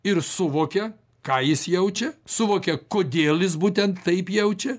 ir suvokia ką jis jaučia suvokia kodėl jis būtent taip jaučia